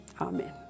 Amen